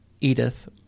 edith